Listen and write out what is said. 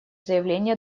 заявление